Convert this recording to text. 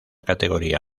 categoría